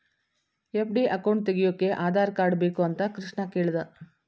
FD account ತೆಗೆಯೋಕೆ Aadhaar card ಬೇಕು ಅಂತ ಕೃಷ್ಣ ಕೇಳ್ದ